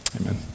amen